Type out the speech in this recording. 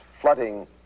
flooding